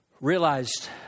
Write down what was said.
realized